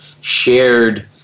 shared